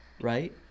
right